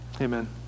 Amen